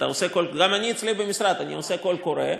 גם אצלי במשרד אני עושה קול קורא,